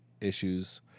issues